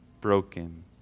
Broken